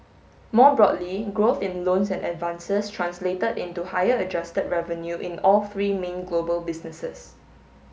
more broadly growth in loans and advances translated into higher adjusted revenue in all three main global businesses